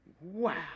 Wow